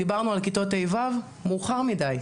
דיברנו על כיתות ה'-ו', מאוחר מדי.